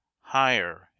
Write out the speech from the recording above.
higher